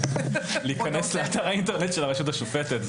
להיכנס לאתר האינטרנט של הרשות השופטת.